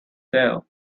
fell